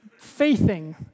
Faithing